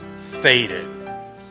faded